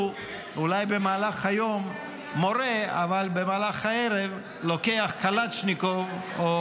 הוא אולי במהלך היום מורה אבל במהלך הערב לוקח קלצ'ניקוב או